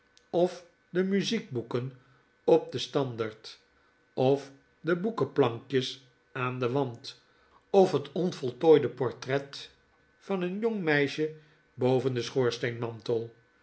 of de muziekboeken op den standerd of de boekenplankjes aan den wand of het onvoltooide portret van een jong meisje boven den